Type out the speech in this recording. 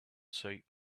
sight